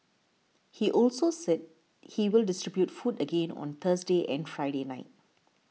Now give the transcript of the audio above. he also said he will distribute food again on Thursday and Friday night